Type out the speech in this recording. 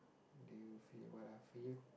do you feel what I feel